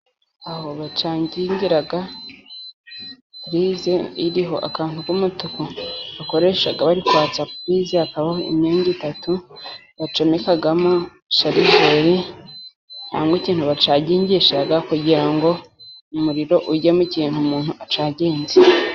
Aho bacagingira. Purize iriho akantu k'umutuku bakoresha bari kwatsa purize, hakabaho imyege itatu bacomekamo sharijeri cyangwa ikintu bacagingisha, kugira ngo umuriro ujye mu kintu umuntu acaginze.